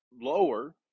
lower